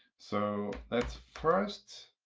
so let's first